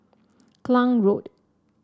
Klang Road